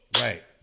Right